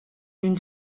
une